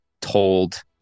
told